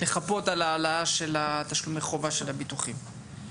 לכפות על ההעלאה של תשלומי חובה של הביטוחים.